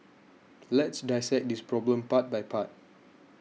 let's dissect this problem part by part